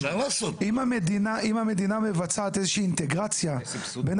אם המדינה מבצעת איזושהי אינטגרציה בין